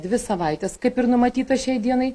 dvi savaites kaip ir numatyta šiai dienai